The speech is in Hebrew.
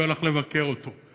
שהוא הלך לבקר אותו.